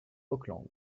auckland